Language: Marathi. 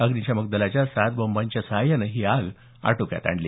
अग्निशाकम दलाच्या सात बंबांच्या सहाय्यानं आग आटोक्यात आणली